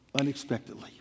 unexpectedly